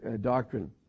doctrine